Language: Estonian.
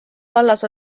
vallas